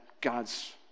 God's